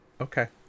Okay